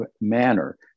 manner